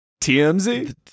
TMZ